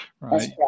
right